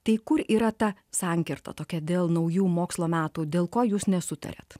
tai kur yra ta sankirta tokia dėl naujų mokslo metų dėl ko jūs nesutariat